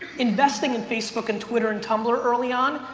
investing in facebook and twitter and tumblr early on,